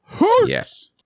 Yes